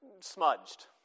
smudged